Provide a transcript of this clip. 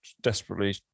desperately